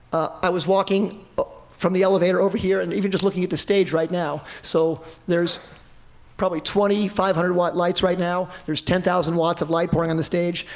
i was walking from the elevator over here, and even just looking at the stage right now so there's probably twenty thousand five hundred watt lights right now. there's ten thousand watts of light pouring on the stage,